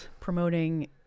promoting